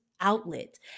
outlet